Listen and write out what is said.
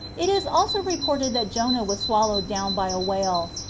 it is also reported that jonah was swallowed down by a whale,